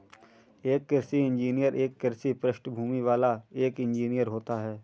एक कृषि इंजीनियर एक कृषि पृष्ठभूमि वाला एक इंजीनियर होता है